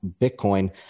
Bitcoin